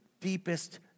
deepest